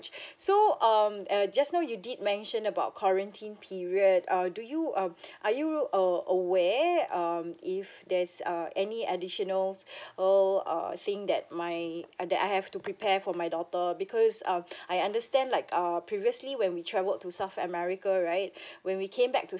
so um uh just now you did mention about quarantine period err do you um are you uh aware um if there's uh any additionals uh thing that my err that I have to prepare for my daughter because um I understand like err previously when we travelled to south america right when we came back to